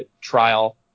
trial